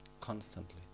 Constantly